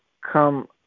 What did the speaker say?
come